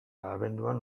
abenduan